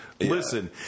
listen